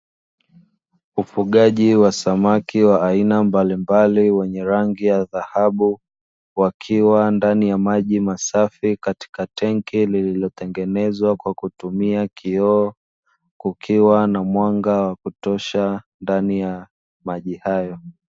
Ufugaji wa samaki wa aina mbalimbali wenye rangi ya dhahabu, wakiwa ndani ya maji masafi katika tenki lililotengenezwa kwa kutumia kioo, kukiwa na mwanga wa kutosha ndani ya maji hayo.